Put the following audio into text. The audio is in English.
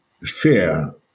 fear